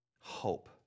hope